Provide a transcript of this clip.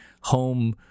home